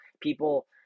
People